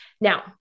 Now